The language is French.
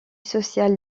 social